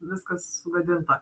viskas sugadinta